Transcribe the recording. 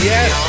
Yes